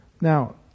Now